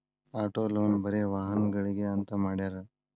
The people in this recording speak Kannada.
ಅಟೊ ಲೊನ್ ಬರೆ ವಾಹನಗ್ಳಿಗೆ ಅಂತ್ ಮಾಡ್ಯಾರ